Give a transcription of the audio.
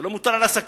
זה לא מוטל על עסקים,